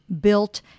built